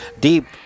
Deep